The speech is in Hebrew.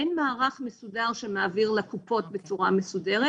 אין מערך מסודר שמעביר לקופות בצורה מסודרת,